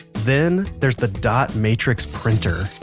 then there's the dot matrix printer.